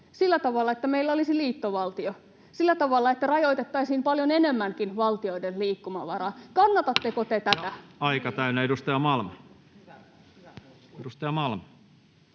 Sillä tavalla, että meillä olisi liittovaltio. Sillä tavalla, että rajoitettaisiin paljon enemmänkin valtioiden liikkumavaraa. Kannatatteko te tätä? [Puhemies: Aika